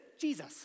Jesus